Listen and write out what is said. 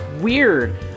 weird